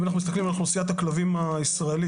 אם אנחנו מסתכלים על אוכלוסיית הכלבים הישראלית,